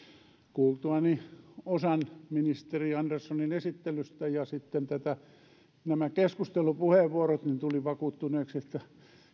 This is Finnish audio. kuultuani osan ministeri anderssonin esittelystä ja sitten nämä keskustelupuheenvuorot tulin vakuuttuneeksi että